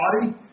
body